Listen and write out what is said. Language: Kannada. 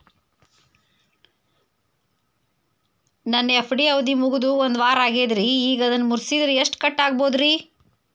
ನನ್ನ ಎಫ್.ಡಿ ಅವಧಿ ಮುಗಿದು ಒಂದವಾರ ಆಗೇದ್ರಿ ಈಗ ಅದನ್ನ ಮುರಿಸಿದ್ರ ಎಷ್ಟ ಕಟ್ ಆಗ್ಬೋದ್ರಿ?